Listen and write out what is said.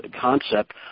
concept